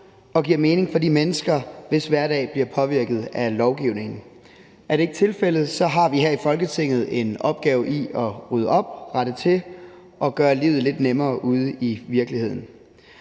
og giver mening for de mennesker, hvis hverdag bliver påvirket af lovgivningen. Hvis det ikke er tilfældet, har vi her i Folketinget en opgave i at rydde op, rette til og gøre livet lidt nemmere ude i virkeligheden.